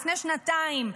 לפני שנתיים,